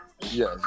Yes